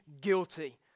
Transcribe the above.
guilty